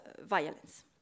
violence